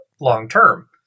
long-term